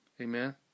Amen